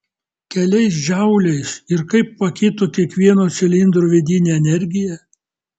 keliais džauliais ir kaip pakito kiekvieno cilindro vidinė energija